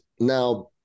Now